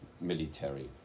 military